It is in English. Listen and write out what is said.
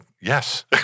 yes